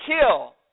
kill